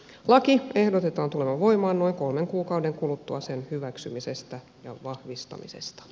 laki ehdotetaan tulemaan voimaan noin kolmen kuukauden kuluttua sen hyväksymisestä ja vahvistamisesta